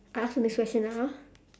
I ask the next question lah ah